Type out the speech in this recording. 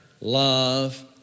love